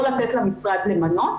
לא לתת למשרד למנות.